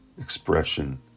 expression